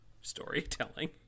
storytelling